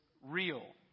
real